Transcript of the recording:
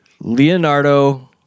Leonardo